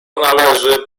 należy